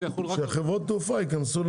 אם אני מכניס את חברות התעופה לתוספת,